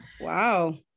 wow